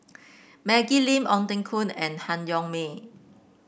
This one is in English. Maggie Lim Ong Teng Koon and Han Yong May